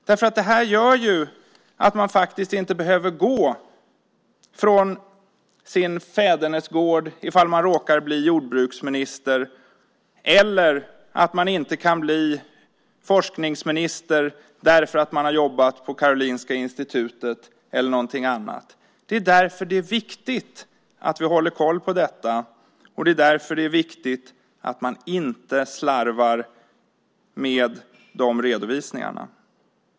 Det här gör ju att man inte behöver gå från sin fädernesgård ifall man råkar bli jordbruksminister och att man kan bli forskningsminister trots att man har jobbat på Karolinska Institutet eller någonting annat. Det är därför det är viktigt att vi håller koll på detta. Och det är därför det är viktigt att man inte slarvar med redovisningarna.